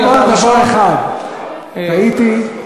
אני רק אומר דבר אחד: טעיתי,